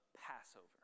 passover